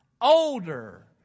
older